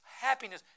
happiness